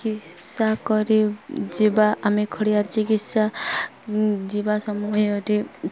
ଚିକିତ୍ସା କରି ଯିବା ଆମେ ଖଡ଼ିଆ ଚିକିତ୍ସା ଯିବା ସମୟରେ